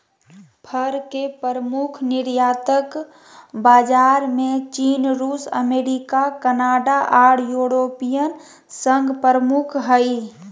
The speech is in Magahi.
फर के प्रमुख निर्यातक बाजार में चीन, रूस, अमेरिका, कनाडा आर यूरोपियन संघ प्रमुख हई